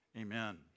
amen